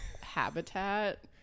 habitat